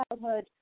childhood